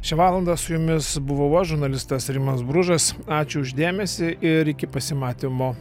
šią valandą su jumis buvau aš žurnalistas rimas bružas ačiū už dėmesį ir iki pasimatymo